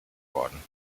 worden